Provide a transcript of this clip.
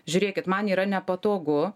žiūrėkit man yra nepatogu